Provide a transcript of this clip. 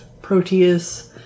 Proteus